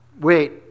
Wait